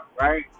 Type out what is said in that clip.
Right